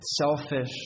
selfish